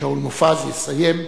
שאול מופז יסיים.